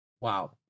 Wow